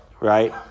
Right